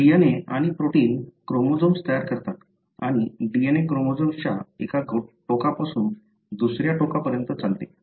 DNA आणि protein chromosomes तयार करतात आणि DNA क्रोमोझोम्सच्या एका टोकापासून दुसऱ्या टोकापर्यंत चालते